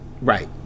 Right